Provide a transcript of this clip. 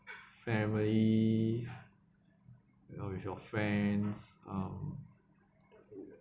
family or with your friends um